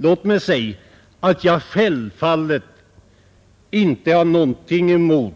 nas riksförbund. Jag har inte någonting emot